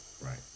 right